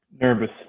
Nervous